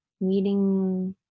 meeting